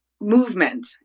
movement